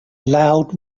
loud